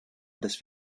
das